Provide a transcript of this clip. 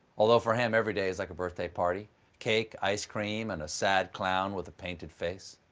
although for him, every day is like a birthday party cake, ice cream, and a sad clown with a painted face.